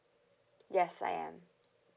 yes I am